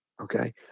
Okay